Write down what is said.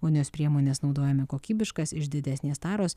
vonios priemones naudojame kokybiškas iš didesnės taros